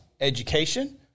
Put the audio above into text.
education